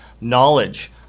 knowledge